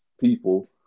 people